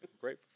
Great